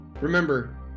Remember